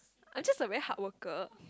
I'm just a very hard worker